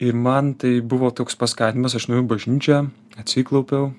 ir man tai buvo toks paskatinimas aš nuėjau į bažnyčią atsiklaupiau